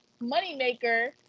moneymaker